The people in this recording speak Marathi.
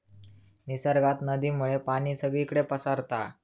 निसर्गात नदीमुळे पाणी सगळीकडे पसारता